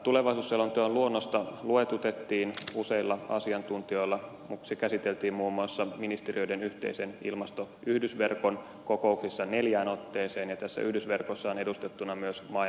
tulevaisuusselonteon luonnosta luetutettiin useilla asiantuntijoilla se käsiteltiin muun muassa ministeriöiden yhteisen ilmastoyhdysverkon kokouksissa neljään otteeseen ja tässä yhdysverkossa ovat edustettuina myös maa ja metsätalousministeriön edustajat